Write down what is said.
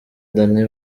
danny